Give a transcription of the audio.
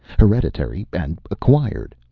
hereditary and acquired.